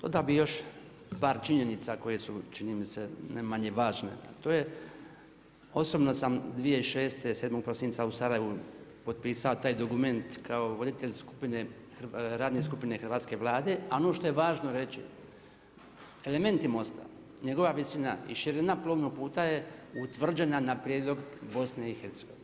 Dodao bih još par činjenica koje su čini mi se ne manje važne a to je osobno sam 2006., 7. prosinca u Sarajevu potpisao taj dokument kao voditelj skupine radne skupine hrvatske Vlade a ono što je važno reći, elementi MOST-a, njegova visina i širina plovnog puta je utvrđena na prijedlog BiH.